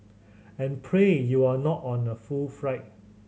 and pray you're not on a full flight